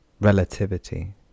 Relativity